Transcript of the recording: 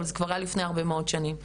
אבל זה כבר היה לפני הרבה מאוד שנים,